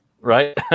Right